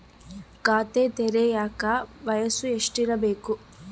ಖಾತೆ ತೆಗೆಯಕ ವಯಸ್ಸು ಎಷ್ಟಿರಬೇಕು?